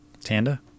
Tanda